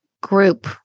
group